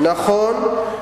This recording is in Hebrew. נכון,